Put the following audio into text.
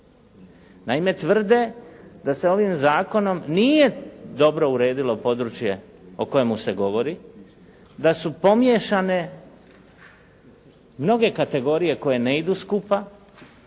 Naime, tvrde da se ovim zakonom nije dobro uredilo područje o kojemu se govori, da su pomiješane mnoge kategorije koje ne idu skupa,